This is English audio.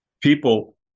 people